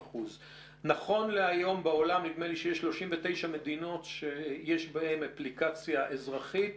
נכון להיום בעולם נדמה לי שיש 39 מדינות שיש בהן אפליקציה אזרחית.